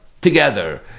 together